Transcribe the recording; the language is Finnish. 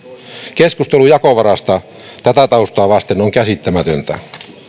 keskustelu jakovarasta tätä taustaa vasten on käsittämätöntä